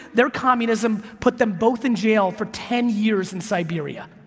their communism put them both in jail for ten years in siberia.